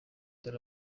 dore